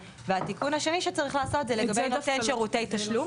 והתיקון השני שצריך לעשות זה לגבי נותן שירותי תשלום.